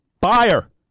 buyer